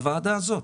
בוועדה הזו,